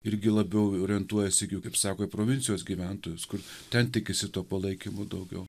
irgi labiau orientuojasi jau kaip sako į provincijos gyventojus kur ten tikisi to palaikymo daugiau